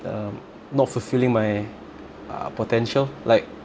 um not fulfilling my uh potential like